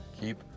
Keep